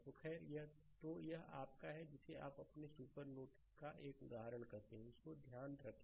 तो खैर तो यह आपका है जिसे आप अपने सुपर नोड का एक उदाहरण कहते हैं इसको ध्यान रखें